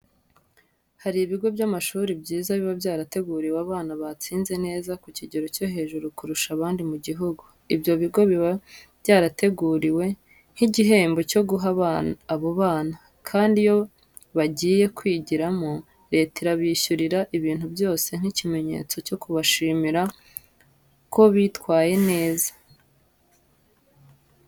Hari ibigo by'amashuri byiza biba byarateguriwe abana batsinze neza ku kigero cyo hejuru kurusha abandi mu gihugu. Ibyo bigo biba byarateguwe nk'igihembo cyo guha abo bana, kandi iyo bagiye kwigiramo Leta irabishyurira ibintu byose nk'ikimenyetso cyo kubashimira ko bitwaye neza.